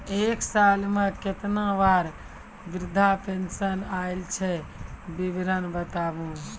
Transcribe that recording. एक साल मे केतना बार वृद्धा पेंशन आयल छै विवरन बताबू?